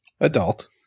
adult